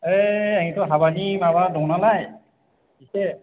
ओइ आंनियाथ' हाबानि माबा दं नालाय एसे